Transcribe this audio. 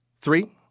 three